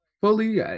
Fully